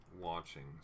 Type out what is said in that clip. watching